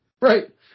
Right